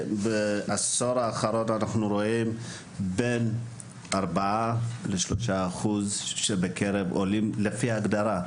בעשור האחרון אנחנו רואים בין 4% ל-3% בקרב עולים לפי ההגדרה,